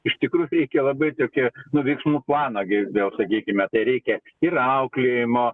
iš tikrųjų reikia labai tokio nu veiksmų plano gi vėl sakykime tai reikia ir auklėjimo